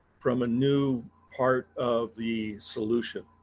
from a new part of the solution,